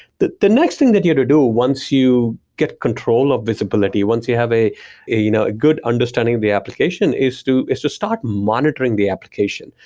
the the next thing that you do once you get control of visibility, once you have a a you know good understanding of the application, is to is to start monitoring the application.